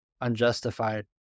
unjustified